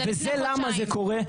וזה למה זה קורה?